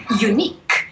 unique